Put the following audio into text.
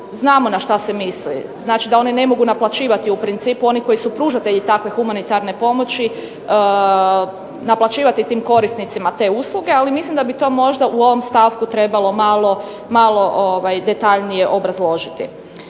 znamo na šta se misli, znači da one ne mogu naplaćivati. U principu, oni koji su pružatelji takve humanitarne pomoći naplaćivati tim korisnicima te usluge, ali mislim da bi to možda u ovom stavku trebalo malo detaljnije obrazložiti.